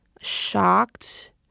shocked